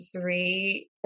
three